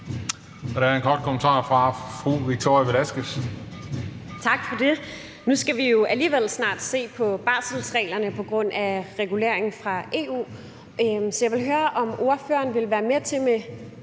Nu skal vi jo alligevel snart se på barselsreglerne på grund af reguleringen fra EU, så jeg vil høre, om ordføreren vil være med til – med